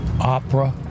Opera